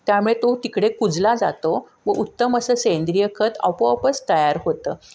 त्यामुळे तो तिकडे कुजला जातो व उत्तम असं सेंद्रिय खत आपोआपच तयार होतं